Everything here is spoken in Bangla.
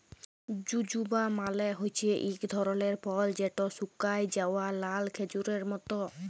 জুজুবা মালে হছে ইক ধরলের ফল যেট শুকাঁয় যাউয়া লাল খেজুরের মত